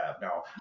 Now